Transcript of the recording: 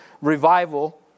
revival